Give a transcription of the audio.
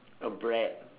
or bread